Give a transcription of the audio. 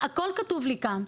הכול כתוב לי כאן.